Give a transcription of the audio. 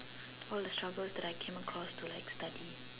all the troubles that I came across to like study